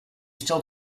still